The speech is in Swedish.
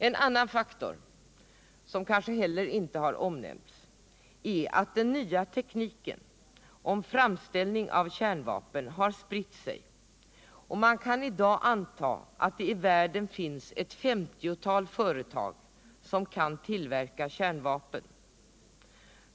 En annan faktor, som kanske inte heller har omnämnts, är att den nya tekniken för framställning av kärnvapen har spritt sig, och man kan i dag anta att det i världen finns ett femtiotal företag som kan tillverka kärnvapen.